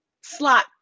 slot